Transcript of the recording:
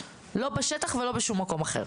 לא בשטח ולא בשום מקום אחר.